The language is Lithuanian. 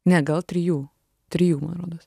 ne gal trijų trijų man rodos